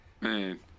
Man